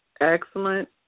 excellent